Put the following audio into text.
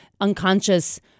unconscious